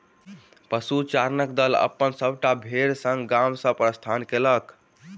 पशुचारणक दल अपन सभटा भेड़ संग गाम सॅ प्रस्थान कएलक